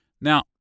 Now